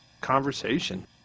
conversation